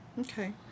Okay